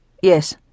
yes